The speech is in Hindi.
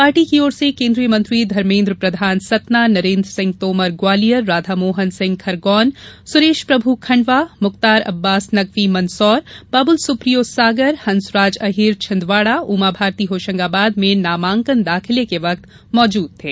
पार्टी की ओर से केन्द्रीय मंत्री धर्मेन्द्र प्रधान सतना नरेन्द्र सिंह तोमर ग्वालियर राधामोहन सिंह खरगौन सुरेश प्रभू खण्डवा मुख्तार अब्बास नकवी मंदसौर बाबुल सुप्रियो सागर हंसराज अहीर छिंदवाड़ा उमा भारती होशंगाबाद में नामांकन दाखिले के वक्त मौजूद थे